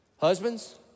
Husbands